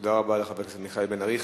תודה רבה לחבר הכנסת מיכאל בן-ארי.